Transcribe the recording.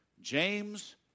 James